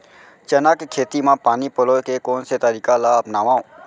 चना के खेती म पानी पलोय के कोन से तरीका ला अपनावव?